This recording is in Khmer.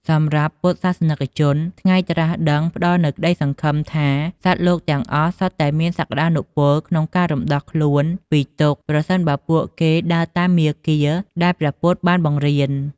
សម្រាប់ពុទ្ធសាសនិកជន ថ្ងៃត្រាស់ដឹងផ្តល់នូវក្តីសង្ឃឹមថា សត្វលោកទាំងអស់សុទ្ធតែមានសក្ដានុពលក្នុងការរំដោះខ្លួនពីទុក្ខ ប្រសិនបើពួកគេដើរតាមមាគ៌ាដែលព្រះពុទ្ធបានបង្រៀន។